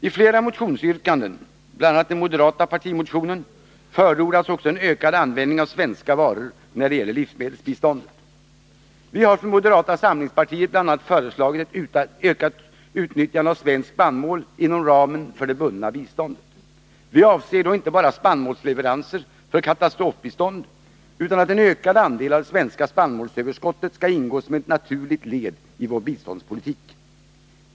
I flera motionsyrkanden, bl.a. i den moderata partimotionen, förordas också en ökad användning av svenska varor, när det gäller livsmedelsbiståndet. Vi har från moderata samlingspartiet bl.a. föreslagit ett ökat utnyttjande av svenskt spannmål inom ramen för det bundna biståndet. Vi avser då inte bara spannmålsleveranser för katastrofbistånd, utan också att en ökad andel av det svenska spannmålsöverskottet skall ingå som ett naturligt led i vår biståndspolitik.